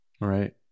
Right